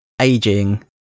aging